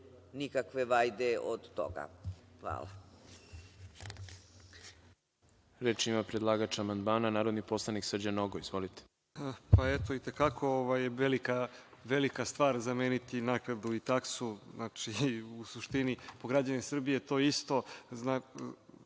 nikakve vajde od toga. Hvala.